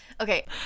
Okay